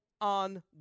on